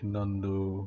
ಇನ್ನೊಂದು